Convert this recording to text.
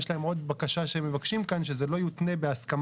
יש להם עוד בקשה שהם מבקשים כאן שזה לא יותנה בהסכמת